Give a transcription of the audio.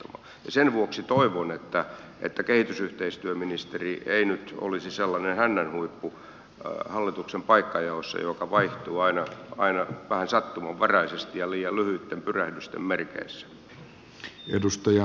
sen vuoksi toivon että kehitysyhteistyöministeri ei nyt olisi sellainen hännänhuippu hallituksen paikkajaossa joka vaihtuu aina vähän sattumanvaraisesti ja liian lyhyitten pyrähdysten merkeissä